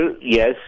yes